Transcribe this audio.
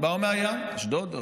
באו מהים, אשדוד,